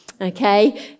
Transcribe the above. Okay